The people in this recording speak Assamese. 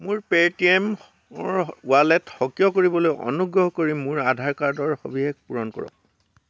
মোৰ পে'টিএমৰ ৱালেট সক্ৰিয় কৰিবলৈ অনুগ্ৰহ কৰি মোৰ আধাৰ কাৰ্ডৰ সবিশেষ পূৰণ কৰক